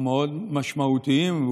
המאוד-משמעותיים,